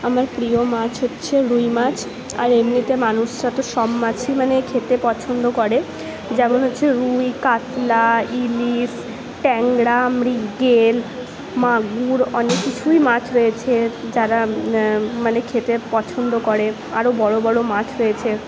আমার প্রিয় মাছ হচ্ছে রুই মাছ আর এমনিতে মানুষরা তো সব মাছই মানে খেতে পছন্দ করে যেমন হচ্ছে রুই কাতলা ইলিশ ট্যাংরা মৃগেল মাগুর অনেক কিছুই মাছ রয়েছে যারা মানে খেতে পছন্দ করে আরও বড়ো বড়ো মাছ রয়েছে